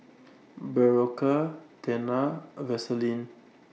Berocca Tena A Vaselin